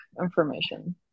information